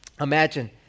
Imagine